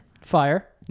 Fire